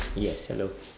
yes hello